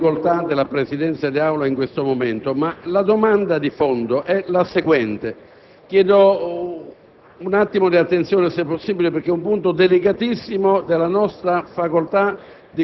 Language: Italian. Per quale motivo dobbiamo accanirci nei confronti di una richiesta